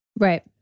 Right